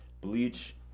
Bleach